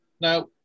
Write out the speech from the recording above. Now